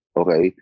okay